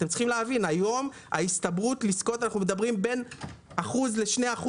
היום ההסתברות לזכות היא בין 1% ל-2%.